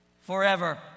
forever